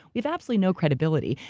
we have absolutely no credibility.